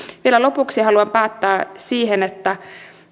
vielä lopuksi haluan päättää siihen että